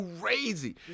crazy